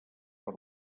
per